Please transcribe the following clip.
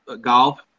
golf